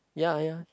ya ya